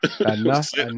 Enough